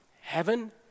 heaven